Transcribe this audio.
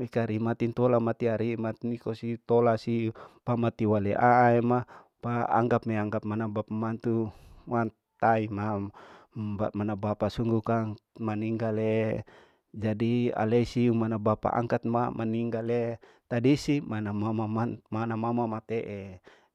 mi kari mati intola mati arii mat niko siu tola siu pamati wale aaema, pa anggap me anggap mana bap mantu mamtai mam mana bapa sunggu kang maninggale, jadi ale maneu siu mana bapa angkat ma maninggale tadisi mana mama man mana mama mate'e.